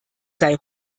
sei